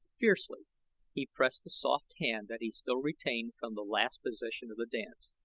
fiercely he pressed the soft hand that he still retained from the last position of the dance.